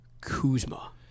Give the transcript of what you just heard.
Kuzma